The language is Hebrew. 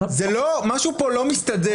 משהו פה לא מסתדר.